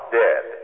dead